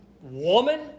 woman